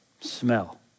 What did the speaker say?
smell